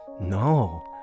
No